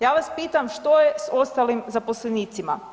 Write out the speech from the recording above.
Ja vas pitam što je s ostalim zaposlenicima?